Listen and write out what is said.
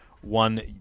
one